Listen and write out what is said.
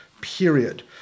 period